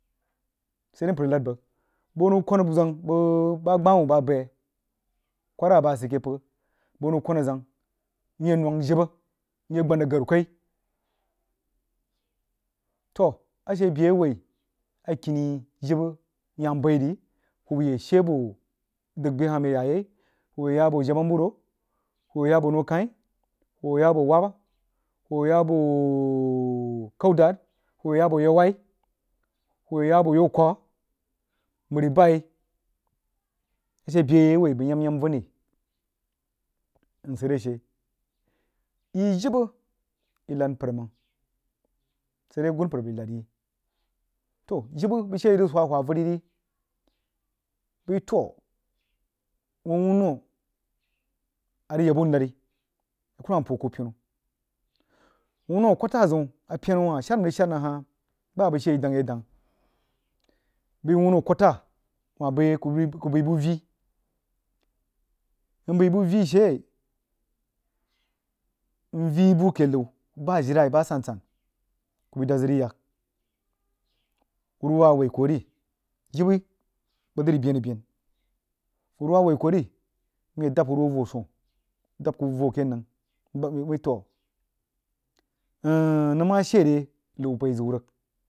Sai dai mpər nəd bəg, bəg houh nəg kwan zəng bəg ba gbahwuh ba baii kwarra ba sid keh pkagha bəg huoh nau kwan zəng mye nongha jibbə mye bangha zəg gani kai toh ashe beh a woi akini jibbə yam bairi hubba ye she abo dagha beh hah mye ya yai hubba yeyanbo jinnabaibu moho, hubbaye yakbo nakkai hubba ye yabo wabba, hubba ye yak abo kaudad, hubba ye yak abo yauwai, hubba ye yac abo yaukwək, mribai, ashe beh awoi bəg yam vunni osid re shea yi jibbə yi nəd mpər məng sai dai agunmpər bai nəd yi toh jibbə bəg shee yi zəg hua-hua vari ni bai toh wuoh- wunno arig yak buh nan a kkarumam puh kuh penu wunno kwata zun apyena wah shar a rig shad nəng hah ba bəg sheeyi dəng yi dəg bai wunno kwata wa bai ku bai buh veyi nbai bu veyi shee, nveyi buh kebau ba ajirenai ba asan-san ku bai dad zəg ng yak wunoa woi ku ri jibbə bəg dri bein-bein wurwa woi kuh ri myedabba hurhou voh suoh indabbaku voh ke nau wuin toh nəng ma shee re nau bai zin rig.